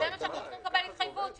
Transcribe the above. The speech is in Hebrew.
אנחנו צריכים לקבל התחייבות,